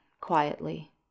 quietly